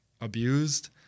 abused